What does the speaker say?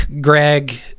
greg